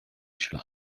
shall